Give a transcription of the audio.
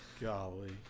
Golly